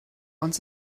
uns